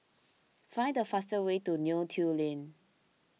find the fastest way to Neo Tiew Lane